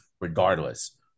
regardless